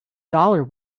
dollar